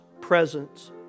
presence